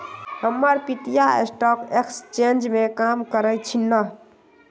हमर पितिया stock exchange में काज करइ छिन्ह